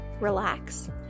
relax